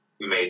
made